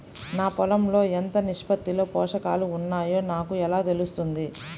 నా పొలం లో ఎంత నిష్పత్తిలో పోషకాలు వున్నాయో నాకు ఎలా తెలుస్తుంది?